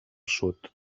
sud